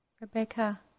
Rebecca